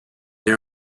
they